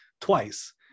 twice